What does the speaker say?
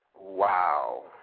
Wow